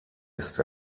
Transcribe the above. ist